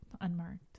unmarked